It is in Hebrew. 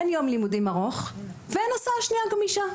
אין יום לימודים ארוך, ואין הסעה שנייה גמישה.